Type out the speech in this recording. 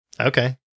Okay